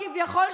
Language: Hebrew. כביכול,